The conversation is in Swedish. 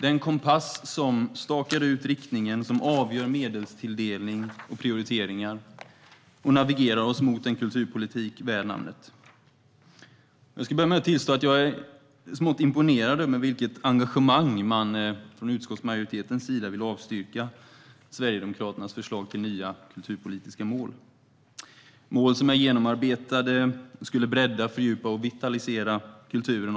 Det är en kompass som stakar ut riktningen, avgör medelstilldelning och prioriteringar och navigerar oss mot en kulturpolitik värd namnet. Jag ska börja med att tillstå att jag är smått imponerad över med vilket engagemang utskottsmajoriteten vill avstyrka Sverigedemokraternas förslag till nya kulturpolitiska mål. Det är mål som är genomarbetade och som skulle bredda, fördjupa och vitalisera kulturen.